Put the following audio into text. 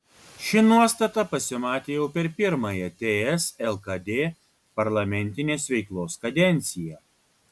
ši nuostata pasimatė jau per pirmąją ts lkd parlamentinės veiklos kadenciją